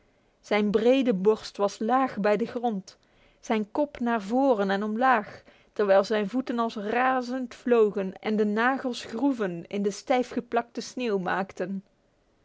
zijn brede borst was laag bij de grond zijn kop naar voren en omlaag terwijl zijn voeten als razend vlogen en de nagels groeven in de stijfgepakte sneeuw maakten